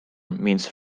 means